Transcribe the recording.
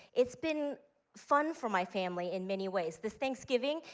it's been fun for my family in many ways, this thanksgiving,